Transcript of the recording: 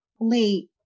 Late